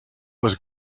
was